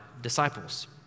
disciples